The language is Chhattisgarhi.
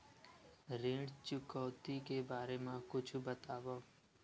ऋण चुकौती के बारे मा कुछु बतावव?